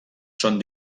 són